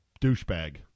douchebag